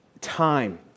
time